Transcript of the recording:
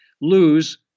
lose